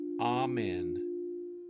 amen